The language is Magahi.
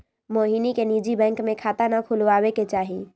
मोहिनी के निजी बैंक में खाता ना खुलवावे के चाहि